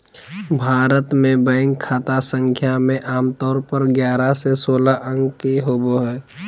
भारत मे बैंक खाता संख्या मे आमतौर पर ग्यारह से सोलह अंक के होबो हय